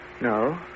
No